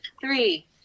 three